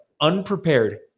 Unprepared